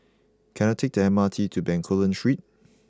can I take the M R T to Bencoolen Street